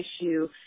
issue